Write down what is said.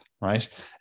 Right